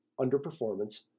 underperformance